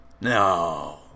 No